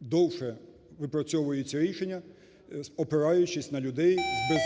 довше випрацьовую це рішення, опираючись на людей зі